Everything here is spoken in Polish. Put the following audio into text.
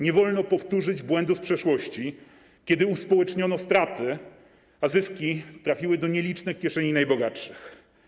Nie wolno powtórzyć błędów z przeszłości, kiedy uspołeczniono straty, a zyski trafiły do nielicznych kieszeni najbogatszych.